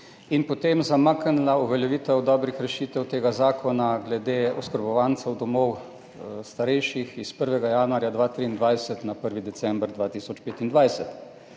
in potem zamaknila uveljavitev dobrih rešitev tega zakona glede oskrbovancev domov starejših s 1. januarja 2023 na 1. december 2025,